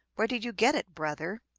where did you get it, brother?